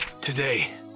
Today